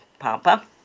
Papa